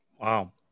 Wow